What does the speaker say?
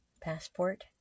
Passport